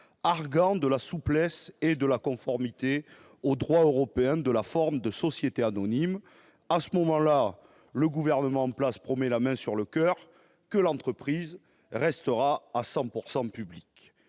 arguant de la souplesse et de la conformité au droit européen de la forme de société anonyme. À ce moment-là, le gouvernement en place promet, la main sur le coeur, que l'entreprise restera à 100 % publique.